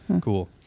Cool